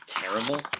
terrible